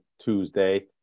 Tuesday